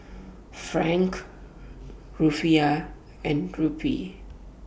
Franc Rufiyaa and Rupee